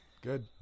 Good